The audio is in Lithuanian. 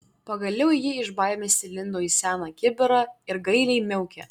pagaliau ji iš baimės įlindo į seną kibirą ir gailiai miaukė